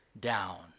down